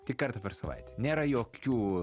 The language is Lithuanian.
tik kartą per savaitę nėra jokių